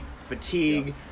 fatigue